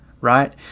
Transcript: right